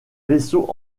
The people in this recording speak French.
vaisseau